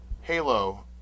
Halo